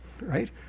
right